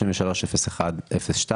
33-01-02